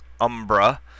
Umbra